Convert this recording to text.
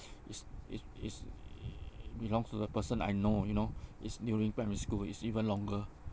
is is is belongs to the person I know you know it's during primary school is even longer